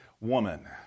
woman